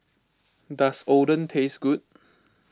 does Oden taste good